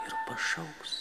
ir pašauks